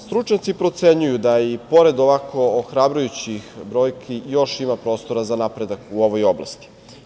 Stručnjaci procenjuju da i pored ovako ohrabrujućih brojki još ima prostora za napredak u ovoj oblasti.